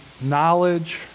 knowledge